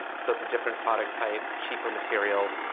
so it's a different product type, cheaper materials,